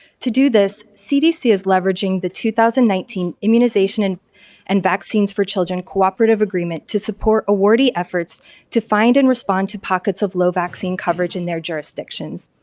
to do this cdc is leveraging the two thousand and nineteen immunization and and vaccines for children cooperative agreement to support awardee efforts to find and respond to pockets of low vaccine coverage in their jurisdictions.